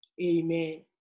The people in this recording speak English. Amen